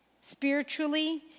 spiritually